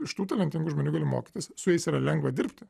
iš tų talentingų žmonių gali mokytis su jais yra lengva dirbti